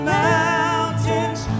mountains